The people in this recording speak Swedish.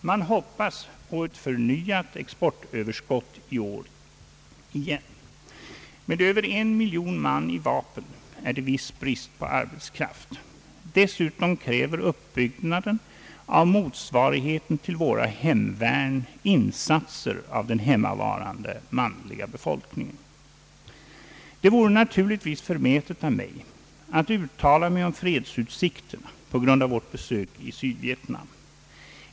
Man hoppas på ett förnyat exportöverskott i år igen. Med över en miljon man i vapen är det viss brist på arbetskraft. Dessutom kräver uppbyggnaden av motsvarigheten till våra hemvärn insatser av den hemmavarande manliga befolkningen. Det vore naturligtvis förmätet av mig att uttala mig om fredsutsikterna på grundval av vårt besök i Sydvietnam.